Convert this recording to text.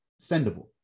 sendable